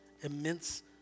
immense